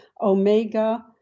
Omega